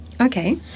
Okay